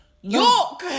York